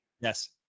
Yes